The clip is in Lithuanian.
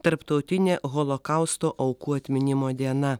tarptautinė holokausto aukų atminimo diena